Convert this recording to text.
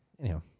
anyhow